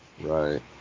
right